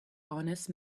honest